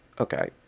Okay